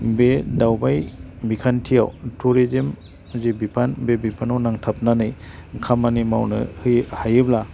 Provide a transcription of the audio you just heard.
बे दावबाय बिखान्थियाव टुरिजिम जि बिफान बे बिफानाव नांथाबनानै खामानि मावनो हायोब्ला